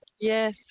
Yes